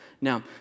Now